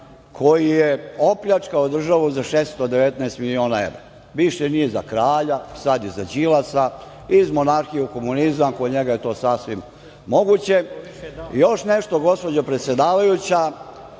koji je opljačkao državu za 619 miliona evra. Više nije za kralja, sad je za Đilasa. Iz monarhije u komunizam, za njega je to sasvim moguće. Još nešto, gospođo predsedavajuća,